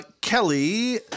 Kelly